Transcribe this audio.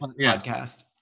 podcast